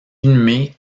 inhumé